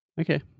Okay